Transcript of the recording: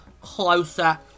closer